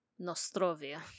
Nostrovia